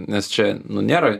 nes čia nu nėra